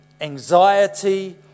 anxiety